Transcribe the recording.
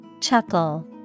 Chuckle